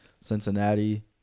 Cincinnati